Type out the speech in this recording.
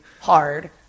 hard